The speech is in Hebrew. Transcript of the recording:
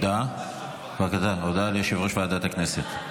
הודעה ליושב-ראש ועדת הכנסת.